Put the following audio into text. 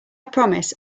promise